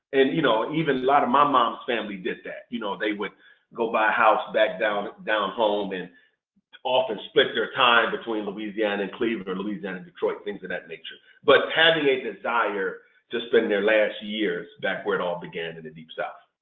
and you know even a lot of my mom's family did that. you know they would go buy a house back down down home and often split their time between louisiana and cleveland or louisiana and detroit. things of that nature. but having a desire to spend their last years back where it all began in the deep south.